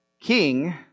king